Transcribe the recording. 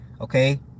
okay